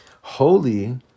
Holy